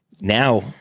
Now